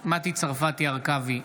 מטי צרפתי הרכבי,